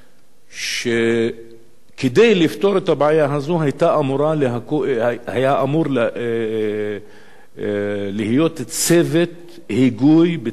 שכדי לפתור את הבעיה הזו היה אמור להיות צוות היגוי בתוך משרד הפנים,